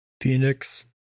Phoenix